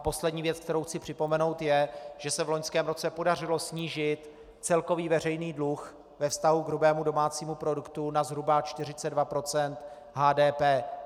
Poslední věc, kterou chci připomenout, je, že se v loňském roce podařilo snížit celkový veřejný dluh ve vztahu k hrubému domácímu produktu na zhruba 42 % HDP.